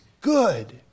good